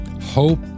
hope